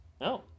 No